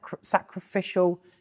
sacrificial